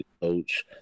coach